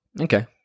Okay